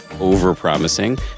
over-promising